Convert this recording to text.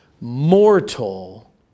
mortal